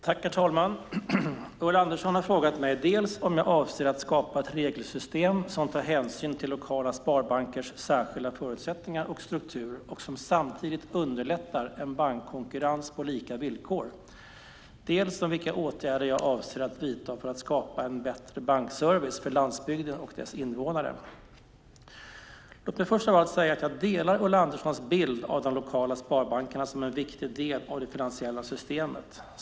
Herr talman! Ulla Andersson har frågat mig dels om jag avser att skapa ett regelsystem som tar hänsyn till lokala sparbankers särskilda förutsättningar och struktur och som samtidigt underlättar en bankkonkurrens på lika villkor, dels vilka åtgärder jag avser att vidta för att skapa en bättre bankservice för landsbygden och dess invånare. Låt mig först av allt säga att jag delar Ulla Anderssons bild av de lokala sparbankerna som en viktig del av det finansiella systemet.